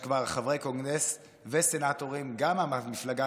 יש כבר חברי קונגרס וסנאטורים גם מהמפלגה